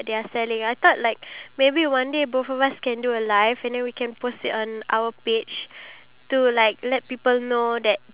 they will like play fortnite and then they will record themselves playing fortnite and then at the they will put like macam like two screens